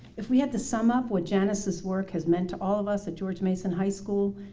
if we had to sum up what janice's work has meant to all of us at george mason high school,